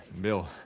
Bill